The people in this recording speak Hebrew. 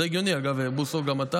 זה הגיוני, אגב, בוסו, גם אתה